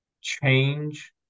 change